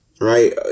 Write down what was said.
right